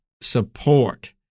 support